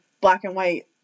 black-and-white